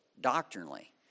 doctrinally